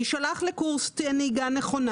יישלח לקורס נהיגה נכונה.